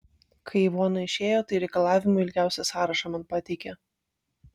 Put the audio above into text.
kai ivona išėjo tai reikalavimų ilgiausią sąrašą man pateikė